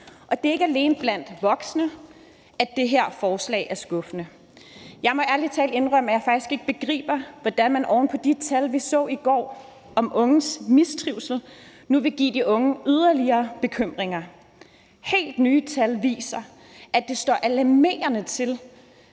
Det er ikke alene blandt voksne, at det her forslag er skuffende. Jeg må ærlig talt indrømme, at jeg faktisk ikke begriber, hvordan man oven på de tal, vi så i går om unges mistrivsel, nu vil give de unge yderligere bekymringer. Helt nye tal viser, at det er alarmerende,